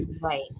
Right